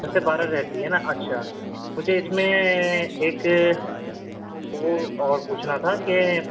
دس سے بارہ رہتی ہے نہ اچھا مجھے اس میں ایک وہ اور پوچھنا تھا کہ